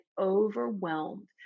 overwhelmed